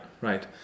right